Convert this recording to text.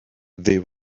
they